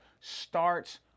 starts